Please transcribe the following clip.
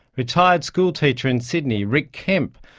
retired school teacher in sydney, rick kemp,